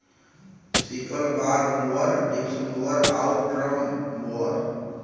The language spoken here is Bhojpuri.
sickle bar mower, disc mower आउर ड्रम मोवर